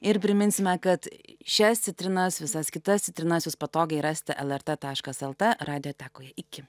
ir priminsime kad šias citrinas visas kitas citrinas jūs patogiai rasite lrt taškas lt radiotekoje iki